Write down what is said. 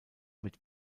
mit